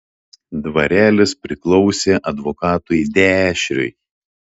dvarelis priklausė advokatui dešriui